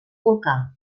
volcà